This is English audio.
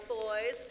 boys